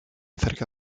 cerca